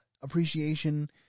appreciation